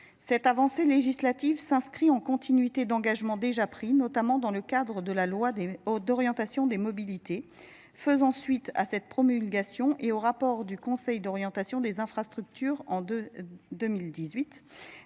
Cette avancée législative s'inscrit en continuité d'engagement déjà pris, notamment dans le cadre de la loi d'orientation des mobilités faisant suite à cette promulgation et au rapport du conseil d'orientation des infrastructures en deux